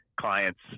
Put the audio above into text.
clients